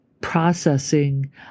processing